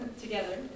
together